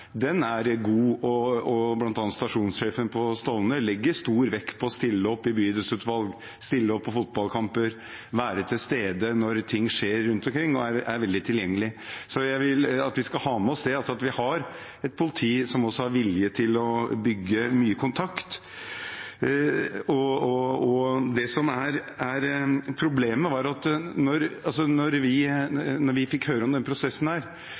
bydelsutvalg, stille opp på fotballkamper, være til stede når ting skjer rundt omkring og er veldig tilgjengelig. Jeg vil at vi skal ha med oss det, at vi har et politi som har vilje til å bygge mye kontakt. Da vi fikk høre om denne prosessen, var det i starten forsøk på kontakt. Jeg husker stasjonssjefen snakke bl.a. om at